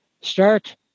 start